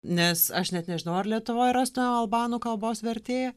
nes aš net nežinau ar lietuvoje rastume albanų kalbos vertėją